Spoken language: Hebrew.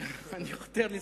אתה חותר?